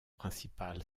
principal